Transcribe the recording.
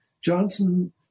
Johnson